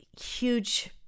huge